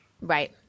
Right